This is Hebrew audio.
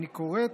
אני קורא,